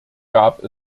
gab